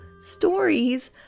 stories